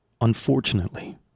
unfortunately